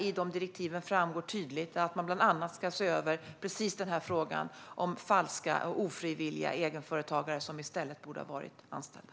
I direktiven framgår tydligt att man bland annat ska se över frågan om falska och ofrivilliga egenföretagare som i stället borde ha varit anställda.